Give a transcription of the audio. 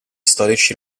storici